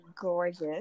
gorgeous